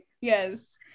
Yes